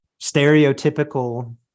stereotypical